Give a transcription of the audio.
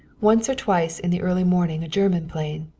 once or twice in the early morning a german plane,